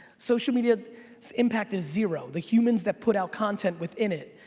social media's impact is zero. the humans that put out content within it.